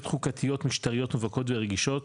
חוקתיות משטרתיות מובהקות ורגישות,